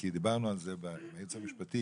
כי דיברנו על זה עם היועץ המשפטי.